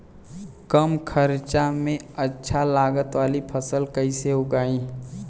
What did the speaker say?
कम खर्चा में अच्छा लागत वाली फसल कैसे उगाई?